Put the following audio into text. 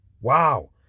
Wow